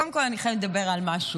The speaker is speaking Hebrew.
קודם כול אני חייבת לדבר על משהו.